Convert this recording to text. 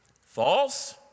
False